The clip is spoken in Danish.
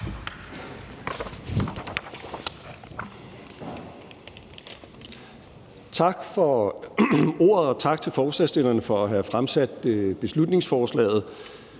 Tak for ordet, og tak til forslagsstillerne for at have fremsat beslutningsforslaget.